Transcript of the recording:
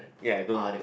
ya I don't